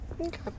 Okay